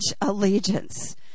allegiance